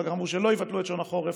אחר כך אמרו שלא יבטלו את שעון החורף.